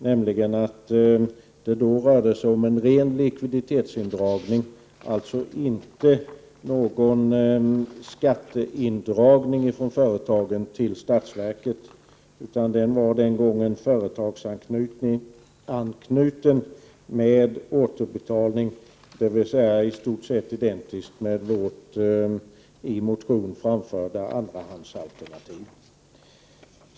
Då rörde det sig om en ren likviditetsindragning, alltså inte någon skatteindragning från företagen till statsverket. Den var företagsanknuten med återbetalning, dvs. i stort sett identisk med vårt i motionen framförda andrahandsalternativ.